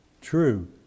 true